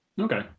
Okay